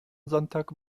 sonntag